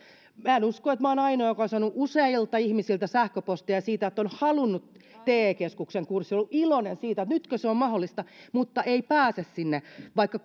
en usko että olen ainoa joka on saanut useilta ihmisiltä sähköposteja siitä että on halunnut te keskuksen kurssille ja ollut iloinen siitä että nytkö se on mahdollista mutta ei pääse sinne vaikka